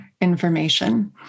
information